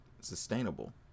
sustainable